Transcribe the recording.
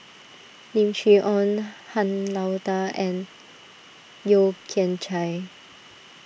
Lim Chee Onn Han Lao Da and Yeo Kian Chai